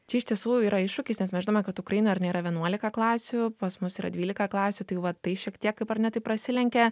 čia iš tiesų yra iššūkis nes mes žinome kad ukrainoj ar ne yra vienuolika klasių pas mus yra dvylika klasių tai va tai šiek tiek kaip ar ne taip prasilenkia